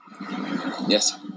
Yes